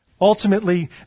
Ultimately